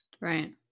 Right